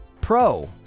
Pro